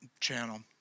channel